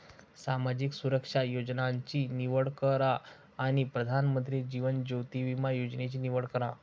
सामाजिक सुरक्षा योजनांची निवड करा आणि प्रधानमंत्री जीवन ज्योति विमा योजनेची निवड करा